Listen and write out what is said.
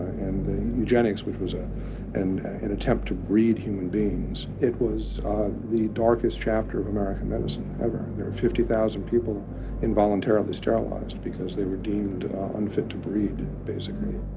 eugenics which was ah and an attempt to breed human beings it was the darkest chapter of american medicine ever. there were fifty thousand people involuntarily sterilized because they were deemed unfit to breed, basically.